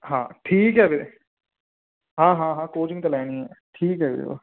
ਹਾਂ ਠੀਕ ਹੈ ਵੀਰੇ ਹਾਂ ਹਾਂ ਹਾਂ ਕੋਚਿੰਗ ਤਾਂ ਲੈਣੀ ਹੈ ਠੀਕ ਹੈ ਵੀਰੇ